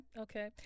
okay